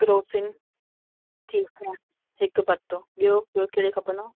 Crocin ठीकु आहे हिक पत्तो ॿियो ॿियो कहिड़े खपंदव